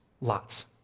Lots